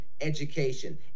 education